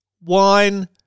wine